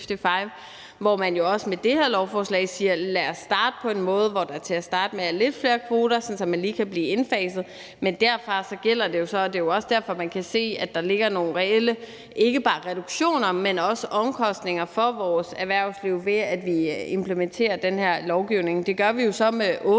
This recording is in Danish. hvor man også med det her lovforslag siger: Lad os gøre det på en måde, hvor der til at starte med er lidt flere kvoter, sådan at man lige kan blive indfaset. Men derefter gælder det jo så. Det er også derfor, at man kan se, at der ligger nogle reelle, ikke bare reduktioner, men også omkostninger for vores erhvervsliv, ved at vi implementerer den her lovgivning. Det gør vi jo så med åbne